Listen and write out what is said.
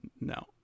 No